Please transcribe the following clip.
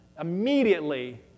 Immediately